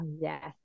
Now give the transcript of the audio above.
Yes